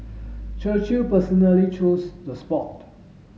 Churchill personally chose the spot